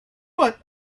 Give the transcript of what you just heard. but